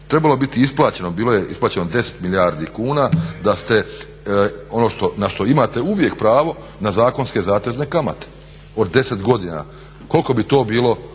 trebalo biti isplaćeno. Bilo je isplaćeno 10 milijardi kuna da ste ono na što imate uvijek pravo na zakonske zatezne kamate od 10 godina. Koliko bi to bilo